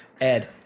ed